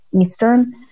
Eastern